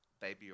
Baby